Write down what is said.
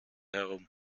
herum